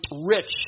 rich